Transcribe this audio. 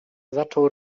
zaczął